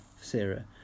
Sarah